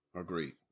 Agreed